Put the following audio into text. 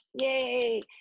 Yay